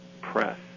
press